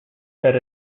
spread